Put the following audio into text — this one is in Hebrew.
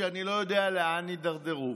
שאני לא יודע לאן יידרדרו.